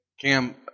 Cam